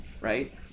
right